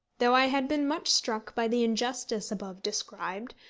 though i had been much struck by the injustice above described,